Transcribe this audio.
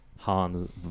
Hans